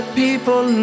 people